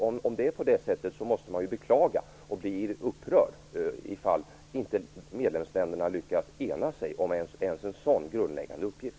Därför måste man bli upprörd och beklaga att medlemsländerna inte lyckas ena sig om en sådan grundläggande uppgift.